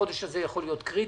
החודש הזה יכול להיות קריטי.